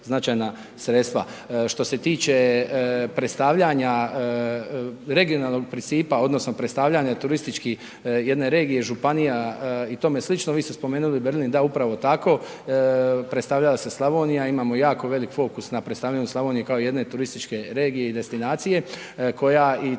značajna sredstava. Što se tiče predstavljanja regionalnog principa odnosno predstavljanja turistički jedne regije, županija i tome slično, vi ste spomenuli Berlin, da upravo tako. Predstavljala se Slavonija, imamo jako veliki fokus na predstavljanju Slavonije kao jedne turističke regije i destinacije koja i